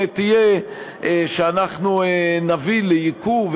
תהיה שאנחנו נביא לייקור,